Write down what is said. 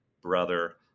brother